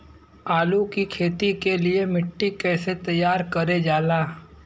आलू की खेती के लिए मिट्टी कैसे तैयार करें जाला?